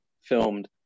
filmed